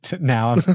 now